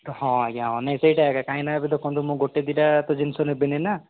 ହଁ ଆଜ୍ଞା ନାଇଁ ସେଇଟା ଏକା କାହିଁକିନା ଏବେ ଦେଖନ୍ତୁ ମୁଁ ଗୋଟେ ଦୁଇଟା ତ ଜିନିଷ ନେବିନି ନା